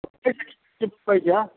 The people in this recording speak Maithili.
कतेक कि पड़ि जाएत